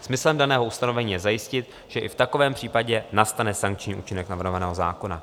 Smyslem daného ustanovení je zajistit, že i v takovém případě nastane sankční účinek navrhovaného zákona.